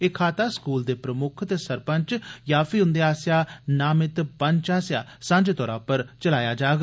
एह् खाता स्कूल दे प्रमुक्ख ते सरपंच यां फ्ही उंदे आसेआ नामित पंच आसेआ सांझे तौरा पर चलाया जाग